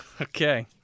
Okay